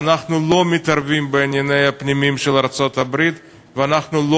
שאנחנו לא מתערבים בענייניה הפנימיים של ארצות-הברית ואנחנו לא